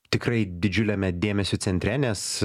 tikrai didžiuliame dėmesio centre nes